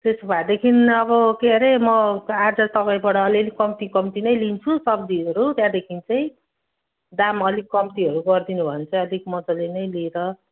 त्यसो भएदेखि अब के अरे म आज तपाईँबाट अलिअलि कम्ती कम्ती नै लिन्छु सब्जीहरू त्यहाँदेखि चाहिँ दाम अलिक कम्तीहरू गरिदिनु भयो भने चाहिँ अलिक मजाले नै लिएर